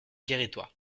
guérétois